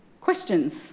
questions